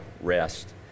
rest